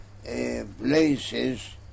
places